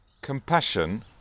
Compassion